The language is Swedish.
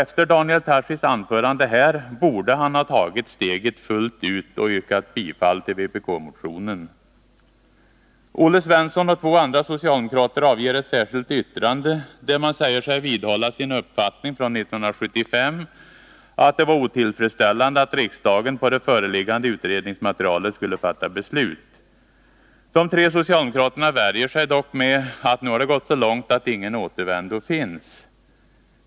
Efter sitt anförande här borde Daniel Tarschys ha tagit steget fullt ut och yrkat bifall till vpk-motionen. Olle Svensson och två andra socialdemokrater avger ett särskilt yttrande, där man säger sig vidhålla sin uppfattning från 1975, att det var otillfredsställande att riksdagen på det föreliggande utredningsmaterialet skulle fatta beslut. De tre socialdemokraterna värjer sig dock med att det nu har gått så långt att ingen återvändo finns.